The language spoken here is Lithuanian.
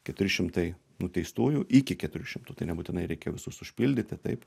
keturi šimtai nuteistųjų iki keturių šimtų tai nebūtinai reikia visus užpildyti taip